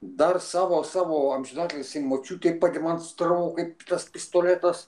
dar savo savo amžiną atilsį močiutei pademonstravau kaip tas pistoletas